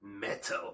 metal